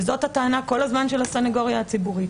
וזאת הטענה כל הזמן של הסנגוריה הציבורית,